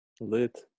Lit